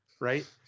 right